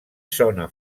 zona